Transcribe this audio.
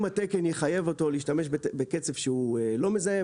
אם התקן יחייב אותו להשתמש בקצף שהוא לא מזהם